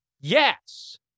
Yes